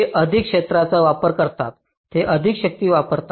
ते अधिक क्षेत्राचा वापर करतात ते अधिक शक्ती वापरतात